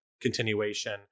continuation